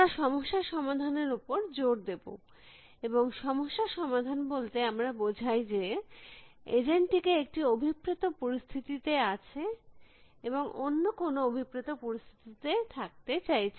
আমরা সমস্যা সমাধানের উপর জোর দেব এবং সমস্যা সমাধান বলতে আমরা বোঝাই যে এজেন্ট টি একটি অভিপ্রেত পরিস্থিতিতে আছে এবং অন্য কোনো অভিপ্রেত পরিস্থিতিতে থাকতে চাইছে